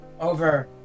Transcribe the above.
over